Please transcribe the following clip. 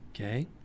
Okay